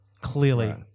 clearly